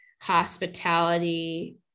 hospitality